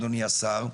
אדוני השר,